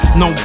no